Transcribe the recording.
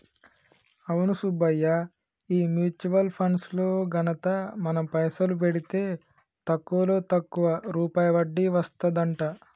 అవును సుబ్బయ్య ఈ mutual funds లో ఘనత మనం పైసలు పెడితే తక్కువలో తక్కువ రూపాయి వడ్డీ వస్తదంట